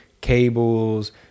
cables